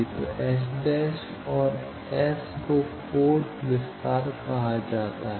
तो S और S को पोर्ट विस्तार कहा जाता है